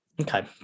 Okay